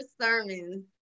sermons